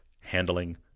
handling